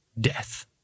Death